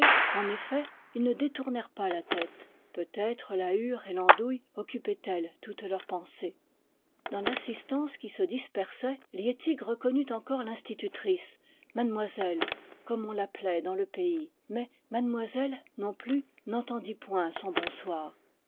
en effet ils ne détournèrent pas la tête peut-être la hure et l'andouille occupaient elles toute leur pensée dans l'assistance qui se dispersait liettik reconnut encore l'institutrice mademoiselle comme on l'appelait dans le pays mais mademoiselle d non plus n'entendit point son bonsoir